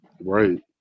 Right